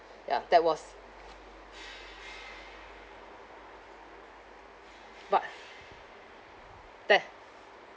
ya that was but thank